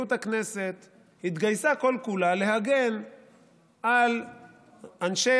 שנשיאות הכנסת התגייסה כל-כולה להגן על אנשי